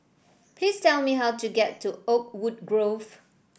please tell me how to get to Oakwood Grove